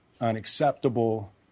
unacceptable